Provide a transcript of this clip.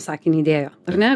sakinį dėjo ar ne